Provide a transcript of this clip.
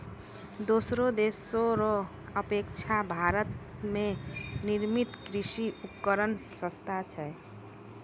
दोसर देशो रो अपेक्षा भारत मे निर्मित कृर्षि उपकरण सस्ता छै